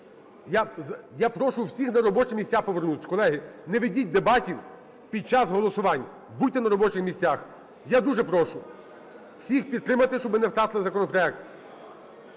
Я прошу всіх на робочі місця повернутись. Колеги, не ведіть дебатів під час голосувань. Будьте на робочих місцях. Я дуже прошу всіх підтримати, щоб ми не втратили законопроект.